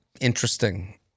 interesting